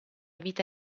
vita